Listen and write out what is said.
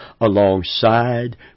alongside